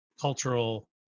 cultural